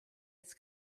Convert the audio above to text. its